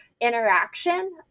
interaction